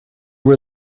were